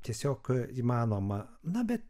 tiesiog įmanoma na bet